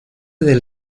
del